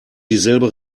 dieselbe